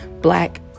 black